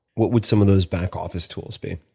what would some of those back office tools be?